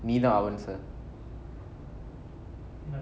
me the அவன்:avan sir